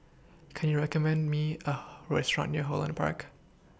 Can YOU recommend Me A Restaurant near Holland Park